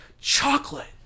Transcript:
chocolate